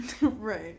Right